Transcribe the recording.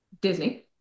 Disney